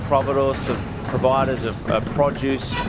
providores providers of produce,